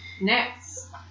next